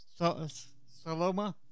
Saloma